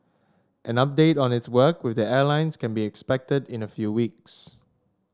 an update on its work with the airlines can be expected in a few weeks